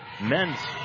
men's